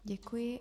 Děkuji.